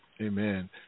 Amen